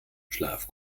schlaf